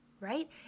right